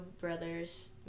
brothers